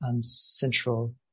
Central